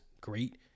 great